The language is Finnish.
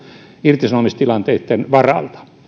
irtisanomistilanteitten varalta